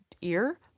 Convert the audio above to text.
ear